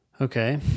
Okay